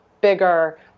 bigger